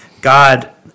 God